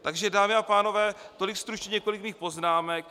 Takže dámy a pánové, tolik stručně několik mých poznámek.